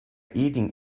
eating